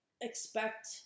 expect